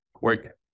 work